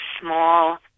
small